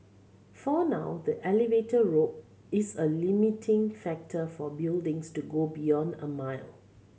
for now the elevator rope is a limiting factor for buildings to go beyond a mile